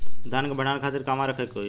धान के भंडारन खातिर कहाँरखे के होई?